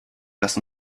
lass